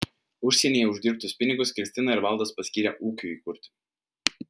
užsienyje uždirbtus pinigus kristina ir valdas paskyrė ūkiui įkurti